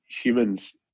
humans